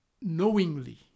Knowingly